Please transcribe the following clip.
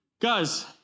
guys